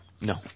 No